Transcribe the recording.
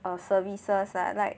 err services lah like